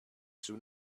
soon